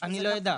אני לא אדע.